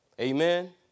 Amen